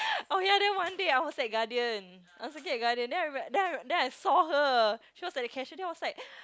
oh ya then one day I was at Guardian I was looking at Guardian then I remember I saw her she was at the cashier then I was like